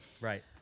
right